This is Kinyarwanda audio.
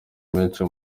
menshi